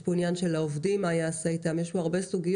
יש פה עניין של עובדים, והרבה סוגיות.